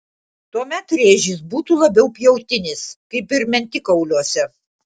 tuomet rėžis būtų labiau pjautinis kaip ir mentikauliuose